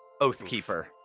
Oathkeeper